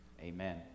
Amen